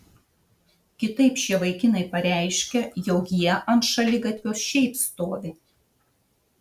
kitaip šie vaikinai pareiškia jog jie ant šaligatvio šiaip stovi